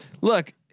look